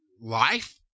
life